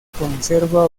conserva